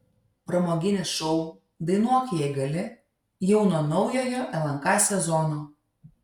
pramoginis šou dainuok jei gali jau nuo naujojo lnk sezono